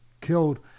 killed